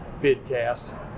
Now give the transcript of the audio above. vidcast